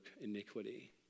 iniquity